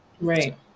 Right